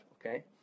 okay